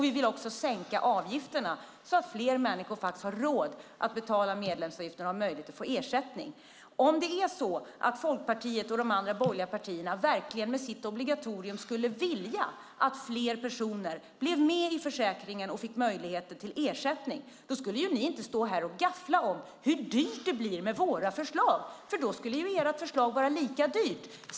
Vi vill också sänka avgifterna, så att fler människor har råd att betala medlemsavgiften och få möjlighet till ersättning. Om Folkpartiet och de andra borgerliga partierna med sitt obligatorium verkligen skulle vilja att fler personer blev med i försäkringen och fick möjligheter till ersättning, då skulle ni inte stå här och gaffla om hur dyrt det blir med våra förslag, för då skulle ert förslag vara lika dyrt.